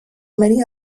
many